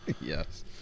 Yes